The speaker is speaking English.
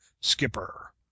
skipper